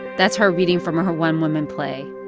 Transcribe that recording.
that's her reading from her her one-woman play.